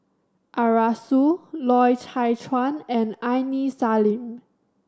Arasu Loy Chye Chuan and Aini Salim